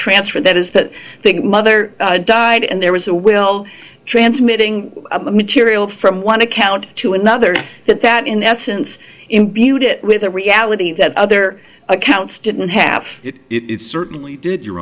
transfer that is that thing mother died and there was a well transmitting material from one account to another and that in essence and viewed it with the reality that other accounts didn't have it it certainly did your